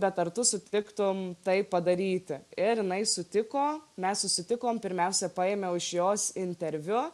bet ar tu sutiktum tai padaryti ir jinai sutiko mes susitikom pirmiausia paėmiau iš jos interviu